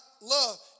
love